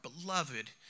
beloved